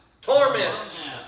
Torments